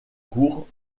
cours